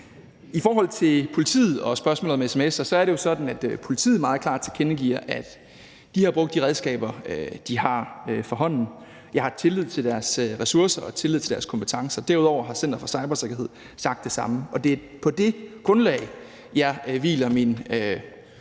I forhold til politiet og spørgsmålet om sms'er er det jo sådan, at politiet meget klart tilkendegiver, at de har brugt de redskaber, de har for hånden. Jeg har tillid til deres ressourcer og tillid til deres kompetencer, og derudover har Center for Cybersikkerhed sagt det samme. Og det er på det grundlag, at min udprægede